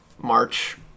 March